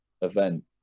event